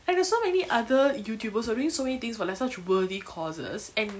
like there's so many other youtubers who are doing so many things for like such worthy causes and